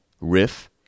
riff